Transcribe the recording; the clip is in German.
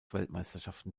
weltmeisterschaften